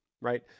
right